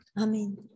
Amen